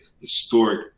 historic